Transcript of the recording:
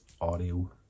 audio